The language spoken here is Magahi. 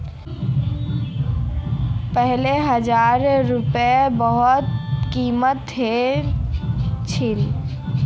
पहले हजार रूपयार बहुत कीमत ह छिले